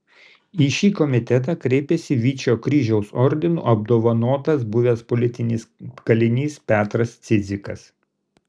į šį komitetą kreipėsi vyčio kryžiaus ordinu apdovanotas buvęs politinis kalinys petras cidzikas